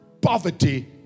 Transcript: Poverty